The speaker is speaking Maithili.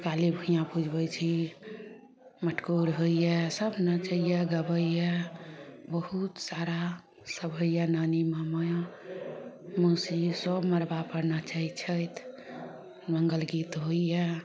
काली कुइयाँ पुजबै छी मटकोर होइए सभ नचैए गबैए बहुत सारा सभ होइए नानी मामा मौसी सभ मड़बापर नचय छथि मङ्गलगीत होइए